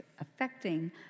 affecting